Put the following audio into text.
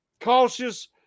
cautious